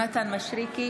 אינה נוכחת יונתן מישרקי,